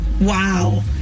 Wow